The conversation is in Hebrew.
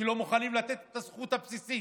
שלא מוכנים לתת את הזכות הבסיסית,